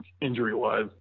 injury-wise